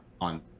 on